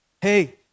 hey